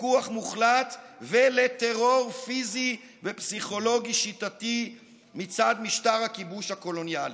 לפיקוח מוחלט ולטרור פיזי ופסיכולוגי שיטתי מצד משטר הכיבוש הקולוניאלי.